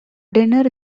dinner